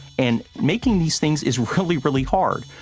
and making these things is really, really hard.